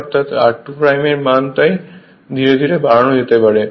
অর্থাৎ r2 এর মান তাই ধীরে ধীরে বাড়ানো যেতে পারে